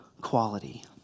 quality